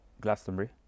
Glastonbury